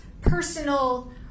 personal